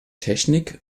technik